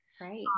Right